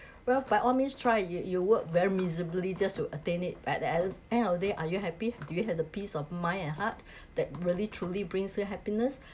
well by all means try you you work very miserably just to attain it but at the e~ end of the day are you happy do you have the peace of mind and heart that really truly brings you happiness